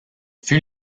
fut